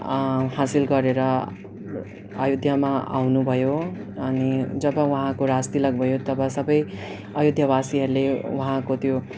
हासिल गरेर अयोध्यामा आउनुभयो अनि जब उहाँको राजतिलक भयो तब सबै अयोध्यावासीहरूले उहाँको त्यो